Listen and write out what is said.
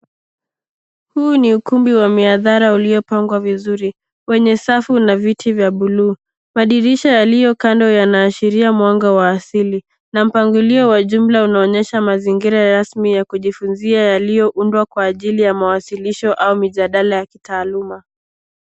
Huu ni ukumbi wa miadhara ulio pangwa vizuri, wenye safu na vitu vya buluu. Madirisha yaliyokando yanaashiria mwanga wa asili na mpangilio wa jumla unaonyesha mazingira rasmi ya kujifunzia yaliyoundwa kwa ajili ya mawasilisho au mijadala ya kitaaluma.